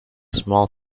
small